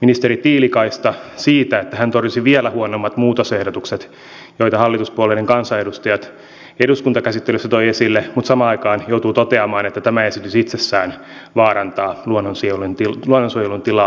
ministeri tiilikaista siitä että hän torjui vielä huonommat muutosehdotukset joita hallituspuolueiden kansanedustajat eduskuntakäsittelyssä toivat esille mutta samaan aikaan joudun toteamaan että tämä esitys itsessään vaarantaa luonnonsuojelun tilaa suomessa